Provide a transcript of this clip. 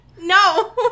No